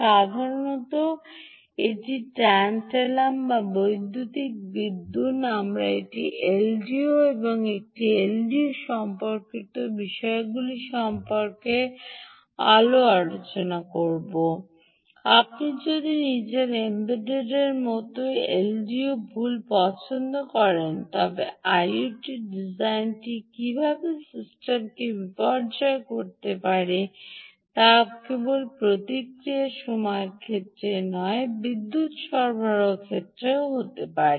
সাধারণত এটি ট্যানটালাম বা বৈদ্যুতিন বিদ্যুত আমরা এই এলডিও এবং একটি এলডিও সম্পর্কিত বিষয়গুলি সম্পর্কে আরও আলোচনা করব আপনি যদি নিজের এমবেডেডের জন্য কোনও এলডিওর ভুল পছন্দ করেন তবে আইওটি ডিজাইনটি কীভাবে সিস্টেমকে বিপর্যয় করতে পারে তা কেবল প্রতিক্রিয়া সময়ের ক্ষেত্রেই নয় বিদ্যুৎ ব্যবহারের ক্ষেত্রেও হতে পারে